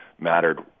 mattered